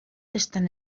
están